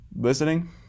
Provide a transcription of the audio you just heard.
listening